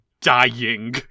dying